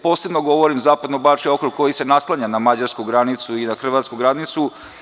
Posebno govorim za Zapadnobački okrug koji se naslanja na mađarsku granicu i na hrvatsku granicu.